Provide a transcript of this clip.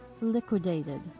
liquidated